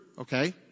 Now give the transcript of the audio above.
okay